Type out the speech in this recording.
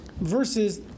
Versus